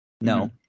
no